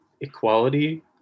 equality